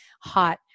hot